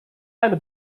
eine